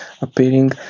appearing